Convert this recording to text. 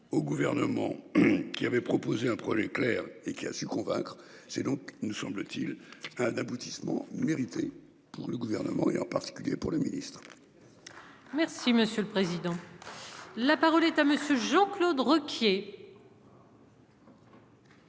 au gouvernement qui avait proposé un projet clair et qui a su convaincre c'est donc nous semble-t-il un aboutissement mérité pour le gouvernement et en particulier pour le ministre. Merci monsieur le président. La parole est à monsieur Jean-Claude Requier.